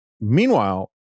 meanwhile